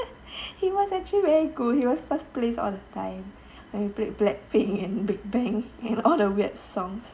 he was actually very good he was first place all the time when he play black pink and big bang and all the weird songs